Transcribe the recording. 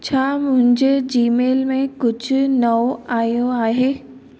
छा मुंहिंजे जीमेल में कुझु नओ आयो आहे